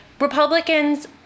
Republicans